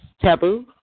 taboo